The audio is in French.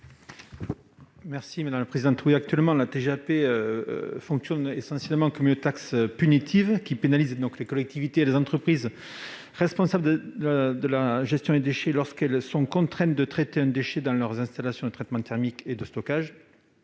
l'amendement n° I-570. Actuellement, la TGAP fonctionne comme une taxe essentiellement punitive, qui pénalise les collectivités et les entreprises responsables de la gestion des déchets lorsqu'elles sont contraintes de traiter un déchet dans leurs installations de traitement thermique ou de stockage.